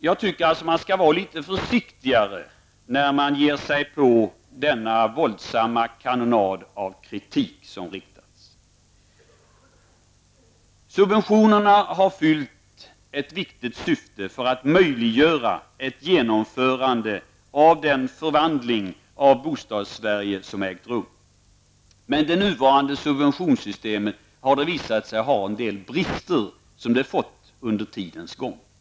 Jag tycker alltså att man skall vara litet försiktigare när man ger sig in i denna våldsamma kanonad av kritik. Subventionerna har fyllt ett viktigt syfte för att möjliggöra ett genomförande av den förvandling av Bostadssverige som ägt rum. Men det nuvarande subventionssystemet har visat sig ha en del brister som det fått under tidens gång.